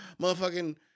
Motherfucking